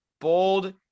bold